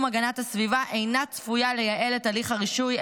הגנת הסביבה אינה צפויה לייעל את הליך הרישוי,